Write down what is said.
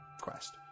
quest